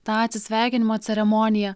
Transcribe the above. tą atsisveikinimo ceremoniją